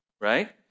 Right